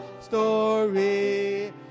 story